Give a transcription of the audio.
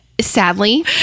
Sadly